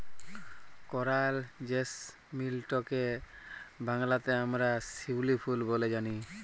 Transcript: করাল জেসমিলটকে বাংলাতে আমরা শিউলি ফুল ব্যলে জানি